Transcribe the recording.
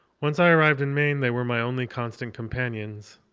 once i arrived in maine, they were my only constant companions,